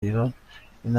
ایران، این